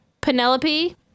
penelope